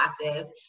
classes